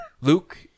Luke